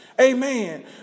amen